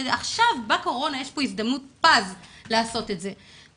ועכשיו יש הזדמנות פז לעשות את זה.